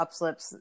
upslips